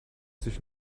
sich